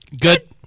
good